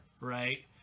right